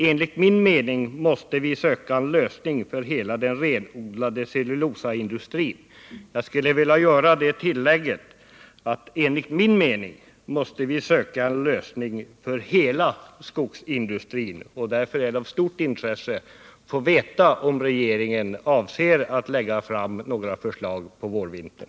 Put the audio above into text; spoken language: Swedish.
Enligt min mening måste vi söka en lösning för hela den renodlade cellulosaindustrin.” Jag vill göra tillägget att vi enligt min mening måste söka en lösning för hela skogsindustrin. Därför är det av stort intresse att få veta om regeringen avser att lägga fram några förslag på vårvintern.